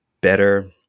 better